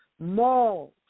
malls